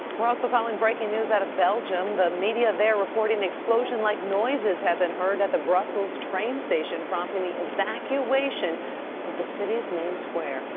we're ah so following breaking news out of belgium. the media reporting explosion-like noises have been heard at the brussel train station prompting the evacuation of the city's main square.